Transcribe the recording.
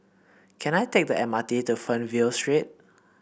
can I take the M R T to Fernvale Street